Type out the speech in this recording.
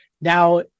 Now